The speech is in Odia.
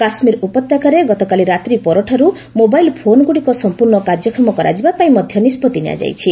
କାଶୁୀର ଉପତ୍ୟକାରେ ଗତକାଲି ରାତ୍ରି ପରଠାର୍ଚ୍ଚ ମୋବାଇଲ୍ ଫୋନ୍ଗୁଡ଼ିକ ସମ୍ପର୍ଣ୍ଣ କାର୍ଯ୍ୟକ୍ଷମ କରାଯିବାପାଇଁ ମଧ୍ୟ ନିଷ୍ପଭି ନିଆଯାଇଛି